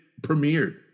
premiered